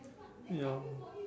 ya